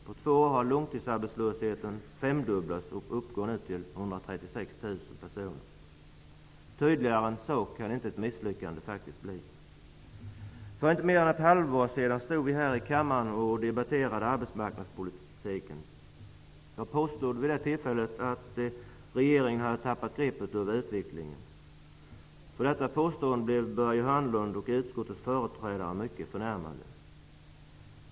På två år har långtidsarbetslösheten femdubblats och uppgår nu till 136 000 personer. Tydligare än så kan ett misslyckande faktiskt inte bli. För inte mer än ett halvår sedan stod vi här i kammaren och debatterade arbetsmarknadspolitiken. Jag påstod vid det tillfället att regeringen hade tappat greppet om utvecklingen. För detta påstående blev Börje Hörnlund och utskottets företrädare mycket förnärmade.